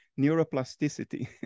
neuroplasticity